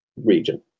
region